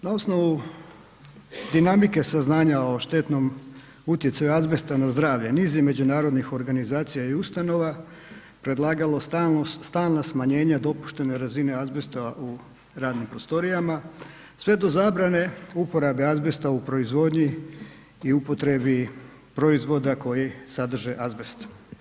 Na osnovu dinamike saznanja o štetnom utjecaju azbesta na zdravlje, niz je međunarodnih organizacija i ustanova predlagalo stalna smanjenja dopuštene razine azbesta u radnim prostorijama sve do zabrane uporabe azbesta u proizvodnji i upotrebi proizvoda koji sadrže azbest.